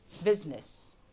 business